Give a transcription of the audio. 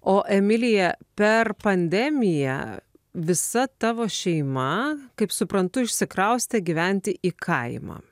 o emilija per pandemiją visa tavo šeima kaip suprantu išsikraustė gyventi į kaimą